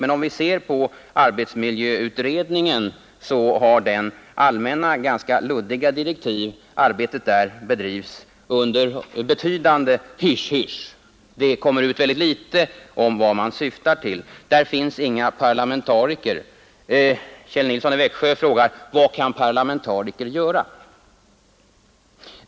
Men om vi ser på arbetsmiljöutredningen så finner vi att den har allmänna och ganska luddiga direktiv. Arbetet där bedrivs under ett betydande mått av hysch-hysch. Det kommer ut väldigt litet om vad man syftar till. Där finns inga parlamentariker med. Kjell Nilsson i Växjö frågar: Vad kan parlamentariker göra?